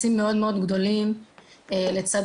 לא, זה בדיוק המשפט הבא.